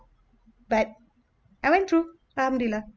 but I went through alhamdulillah